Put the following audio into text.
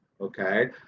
okay